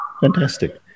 Fantastic